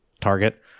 target